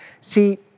See